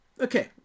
Okay